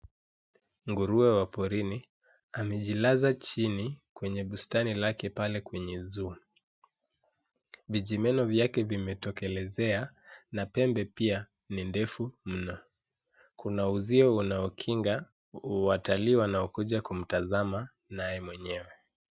Nguruwe wa porini amejilaza chini kwenye bustani yake pale kwenye hifadhi ya wanyama. Vijimeno vyake vimetokeza na pembe zake pia ni ndefu sana. Kuna uzio unaomlinda, na watazamaji wanakuja kumtazama akiwa peke yake.